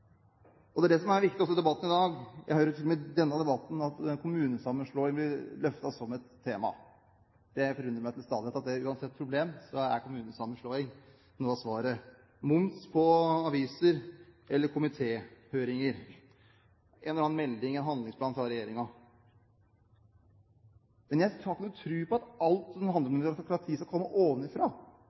det er det som er viktig også i debatten i dag. Jeg hører til og med i denne debatten at kommunesammenslåing blir løftet som et tema. Det forundrer meg til stadighet at uansett problem er noe av svaret kommunesammenslåing, moms på aviser, komitéhøringer eller en eller annen melding eller handlingsplan fra regjeringen. Men jeg har ikke noen tro på at alt som handler om demokrati, skal komme ovenfra.